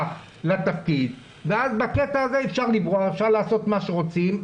לתפקיד ואז בקטע הזה אפשר לעשות מה שרוצים,